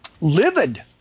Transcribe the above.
livid